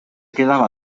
quedaba